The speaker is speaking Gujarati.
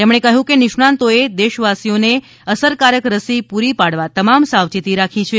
તેમણે કહ્યું નિષ્ણાંતોએ દેશવાસીઓને અસરકારક રસી પૂરી પાડવા તમામ સાવચેતી રાખી છે